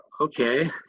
okay